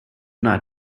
not